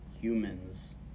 humans